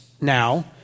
now